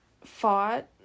fought